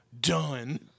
done